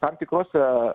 tam tikrose